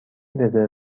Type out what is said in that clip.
رزرو